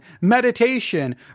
meditation